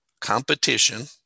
competition